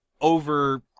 over